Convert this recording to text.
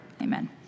Amen